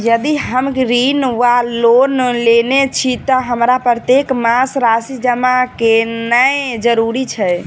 यदि हम ऋण वा लोन लेने छी तऽ हमरा प्रत्येक मास राशि जमा केनैय जरूरी छै?